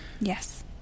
Yes